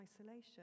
isolation